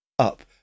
up